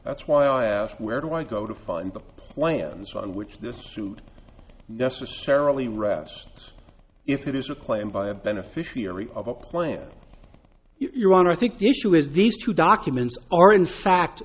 that's why i asked where do i go to find the plans on which this suit necessarily rests if it is a claim by a beneficiary of a plan your honor i think the issue is these two documents are in fact